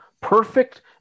perfect